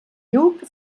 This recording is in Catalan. lluc